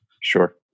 Sure